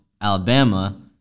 Alabama